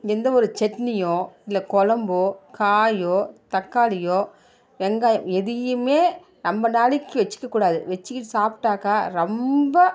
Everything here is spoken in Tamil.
எந்த ஒரு சட்னியோ இல்லை குழம்போ காயோ தக்காளியோ வெங்காயம் எதையுமே ரொம்ப நாளைக்கு வச்சுக்க கூடாது வச்சுக்கிட்டு சாப்பிட்டாக்கா ரொம்ப